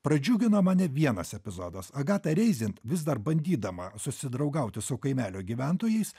pradžiugino mane vienas epizodas agata reizin vis dar bandydama susidraugauti su kaimelio gyventojais